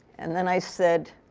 and then, i said,